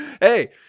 Hey